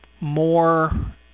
more